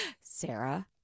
Sarah